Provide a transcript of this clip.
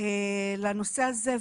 לנושא הזה,